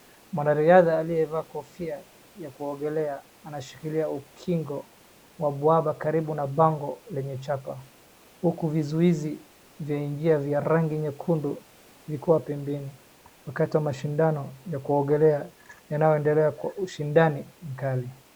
Mwanariadha aliyavaa kofia ya kuogelea anashikilia ukingo wa bwaba karibu bango lenye chapa. Huku vizuizi vya njia vya rangi nyekundu vikiwa pembeni, wakati wa mashindano ya kuogelea yanayoendelea kwa ushindani mkali.